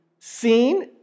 seen